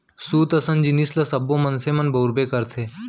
सूत असन जिनिस ल सब्बो मनसे मन बउरबे करथे